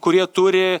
kurie turi